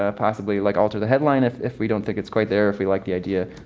ah possibly, like, alter the headline if if we don't think it's quite there, if we like the idea.